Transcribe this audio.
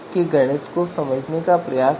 अब इस सामान्यीकरण को करने का एक और तरीका है